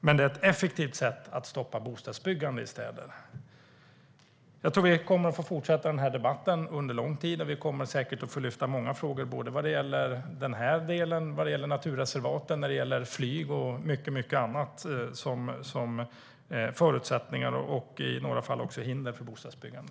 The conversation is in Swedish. Men det är ett effektivt sätt att stoppa bostadsbyggande i städer. Jag tror att vi kommer att få fortsätta att ha den här debatten under lång tid, och vi kommer säkert att få lyfta många frågor både vad gäller den här delen och vad gäller naturreservat, flyg och mycket annat som förutsättningar och i några fall också hinder för bostadsbyggande.